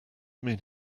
mean